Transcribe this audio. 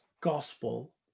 gospel